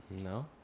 No